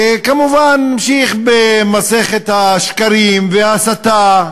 וכמובן, המשיך במסכת השקרים וההסתה,